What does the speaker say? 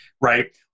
right